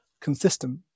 consistent